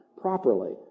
properly